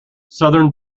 southern